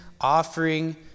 offering